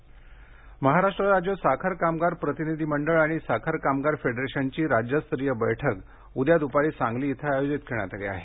साखर कामगार सांगली महाराष्ट्र राज्य साखर कामगार प्रतिनिधी मंडळ आणि साखर कामगार फेडरेशनची राज्यस्तरीय बैठक उद्या दूपारी सांगली येथे आयोजित करण्यात आली आहे